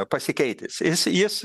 pasikeitęs jis jis